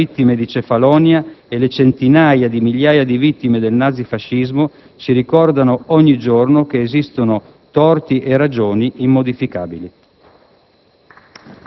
Le 6.000 vittime di Cefalonia e le centinaia di migliaia di vittime del nazifascismo ci ricordano ogni giorno che esistono torti e ragioni immodificabili.